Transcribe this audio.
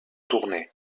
tourné